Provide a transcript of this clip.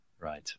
Right